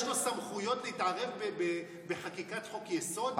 יש לו סמכויות להתערב בחקיקת חוק-יסוד?